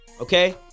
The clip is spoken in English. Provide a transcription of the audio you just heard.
okay